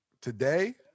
Today